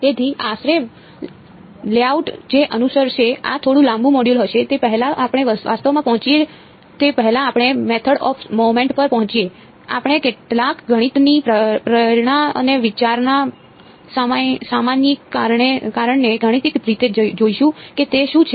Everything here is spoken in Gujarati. તેથી આશરે લેઆઉટ જે અનુસરશે આ થોડું લાંબુ મોડ્યુલ હશે તે પહેલાં આપણે વાસ્તવમાં પહોંચીએ તે પહેલાં આપણે મેથડ ઓફ મોમેન્ટ પર પહોંચીએ આપણે કેટલાક ગણિતની પ્રેરણા અને વિચારના સામાન્યીકરણને ગાણિતિક રીતે જોઈશું કે તે શું છે